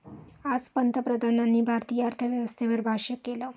आज पंतप्रधानांनी भारतीय अर्थव्यवस्थेवर भाष्य केलं